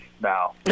now